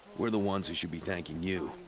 we're the ones who should be thanking you.